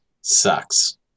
Sucks